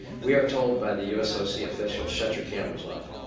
we are told by the usoc officials shut your cameras off.